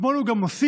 אתמול הוא גם הוסיף